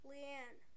Leanne